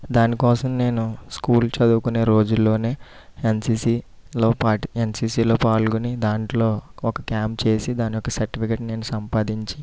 దానికోసం నేను స్కూల్ చదువుకునే రోజులలో ఎన్సీసీలో పాటు ఎన్సీసీలో పాల్గొని దాంట్లో ఒక క్యాంప్ చేసి దాని యొక్క సర్టిఫికెట్ నేను సంపాదించి